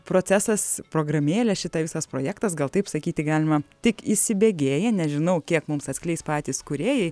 procesas programėlė šita visas projektas gal taip sakyti galima tik įsibėgėja nežinau kiek mums atskleis patys kūrėjai